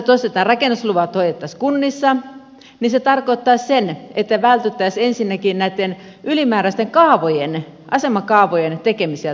ensimmäinen asia olisi että rakennusluvat hoidettaisiin kunnissa ja se tarkoittaisi sitä että vältyttäisiin ensinnäkin näitten ylimääräisten asemakaavojen tekemiseltä